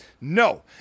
No